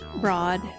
broad